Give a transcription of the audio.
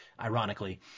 ironically